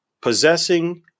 possessing